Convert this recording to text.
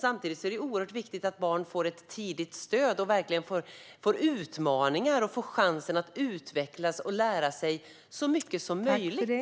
Samtidigt är det oerhört viktigt att barn får ett tidigt stöd, utmaningar och chansen att utvecklas och lära sig så mycket som möjligt.